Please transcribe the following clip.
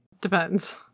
depends